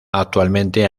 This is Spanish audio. actualmente